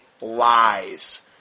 lies